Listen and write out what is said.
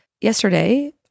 yesterday